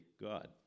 God